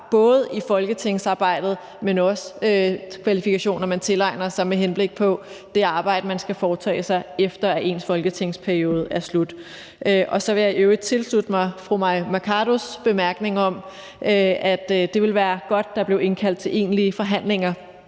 både i folketingsarbejdet, men også kvalifikationer, man tilegner sig med henblik på det arbejde, man skal foretage sig, efter ens folketingsperiode er slut. Så vil jeg i øvrigt tilslutte mig fru Mai Mercados bemærkning om, at det vil være godt, hvis der blev indkaldt til egentlige forhandlinger